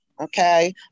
okay